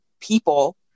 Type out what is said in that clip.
people